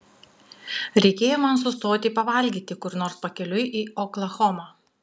reikėjo man sustoti pavalgyti kur nors pakeliui į oklahomą